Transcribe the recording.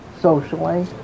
socially